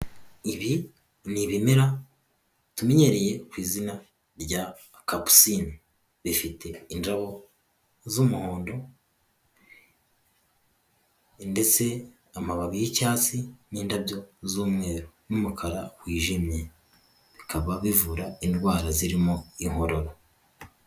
Ibi ni ibimera tumenyereye ku izina rya kapusine, rifite indabo z'umuhondo ndetse amababi y'icyatsi n'indabyo z'umweru n'umukara wijimye, bikaba bivura indwara zirimo inkorora.